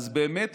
אז באמת,